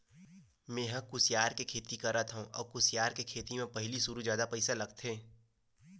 मेंहा ह कुसियार के खेती करत हँव अउ कुसियार के खेती म पहिली सुरु जादा पइसा लगथे